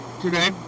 today